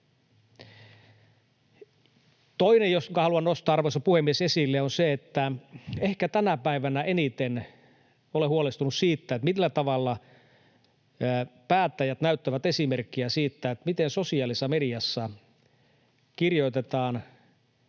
Toinen asia, jonka haluan nostaa, arvoisa puhemies, esille on se, että ehkä tänä päivänä eniten olen huolestunut siitä, millä tavalla päättäjät näyttävät esimerkkiä siitä, miten sosiaalisessa mediassa kirjoitetaan